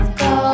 go